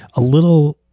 a little